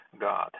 God